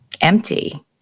empty